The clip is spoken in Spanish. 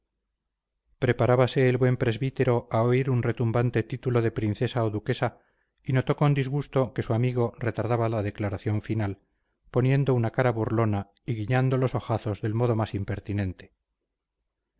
preparábase el buen presbítero a oír un retumbante título de princesa o duquesa y notó con disgusto que su amigo retardaba la declaración final poniendo una cara burlona y guiñando los ojazos del modo más impertinente